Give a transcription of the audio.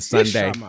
Sunday